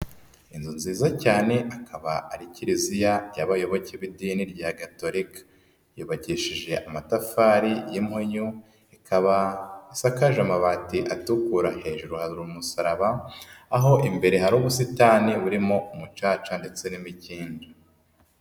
Inzu nziza cyane akaba ari kiliziya y'abayoboke b'idini rya gatolika, yubakishije amatafari y'imunyu, ikaba isakaje amabati atukura, hejuru hari umusaraba, aho imbere hari ubusitani burimo umucaca ndetse n'imikindo.